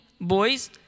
boys